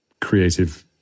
creative